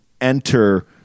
enter